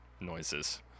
noises